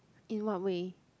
in what way